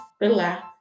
relax